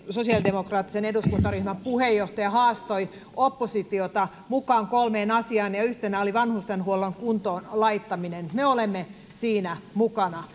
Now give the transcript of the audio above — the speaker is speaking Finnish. sosiaalidemokraattisen eduskuntaryhmän puheenjohtaja haastoi oppositiota mukaan kolmeen asiaan ja ja yhtenä oli vanhustenhuollon kuntoon laittaminen me olemme siinä mukana